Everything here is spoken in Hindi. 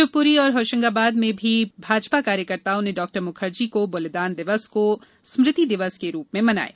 शिवपुरी और होशंगाबाद में भी भाजपा कार्यकर्ताओं ने डॉ मुखर्जी को बलिदान दिवस को स्मृति दिवस के रूप में मनाया